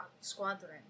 squadron